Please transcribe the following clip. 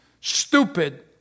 stupid